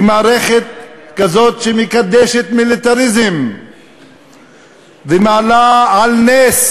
היא מערכת כזאת שמקדשת מיליטריזם ומעלה על נס